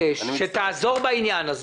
מבקש שתעזור בעניין הזה.